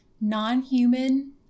non-human